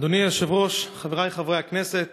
אדוני היושב-ראש, חברי חברי הכנסת,